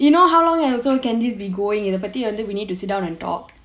you know how long also can this be going இத பத்தி வந்து:idhu pathi vanthu we need to sit down and talk